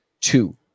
two